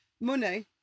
money